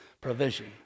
provision